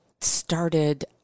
started